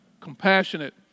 compassionate